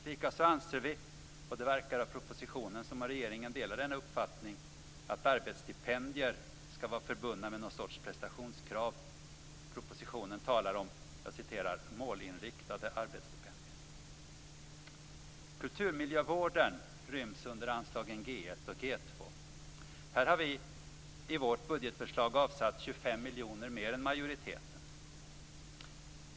Likaså anser vi, och det verkar av propositionen som om regeringen delar denna uppfattning, att arbetsstipendier skall vara förbundna med någon sorts prestationskrav - propositionen talar om Kulturmiljövården ryms under anslagen G1 och G2. Här har vi i vårt budgetförslag avsatt 25 miljoner mer än majoriteten.